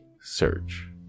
search